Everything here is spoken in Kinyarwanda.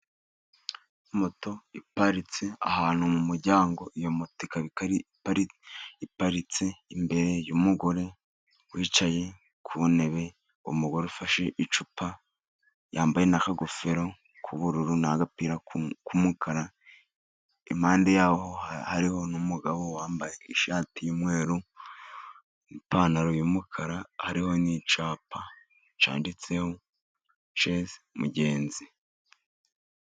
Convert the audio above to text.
Moto iparitse ahantu mu muryango, iyo moto ikaba iparitse imbere y'umugore wicaye ku ntebe, umugore ufashe icupa yambaye n'akagofero k'ubururu n'agapira k'umukara, iruhande rwaho hariho n'umugabo wambaye ishati y'umweru ipantaro y'umukara, hariho n'icyapa cyanditseho cezi mugenzi.